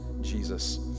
Jesus